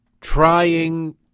trying